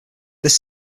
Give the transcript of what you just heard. this